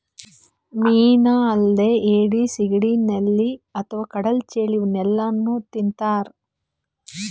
ಮೀನಾ ಅಲ್ದೆ ಏಡಿ, ಸಿಗಡಿ, ನಳ್ಳಿ ಅಥವಾ ಕಡಲ್ ಚೇಳ್ ಇವೆಲ್ಲಾನೂ ತಿಂತಾರ್